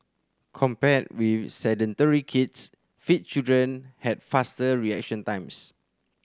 compared with sedentary kids fit children had faster reaction times